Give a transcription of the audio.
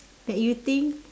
that you think